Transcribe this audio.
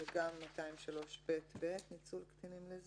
ניצול קטינים לזנות וגם 203ב(ב) ניצול קטינים לזנות,